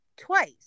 twice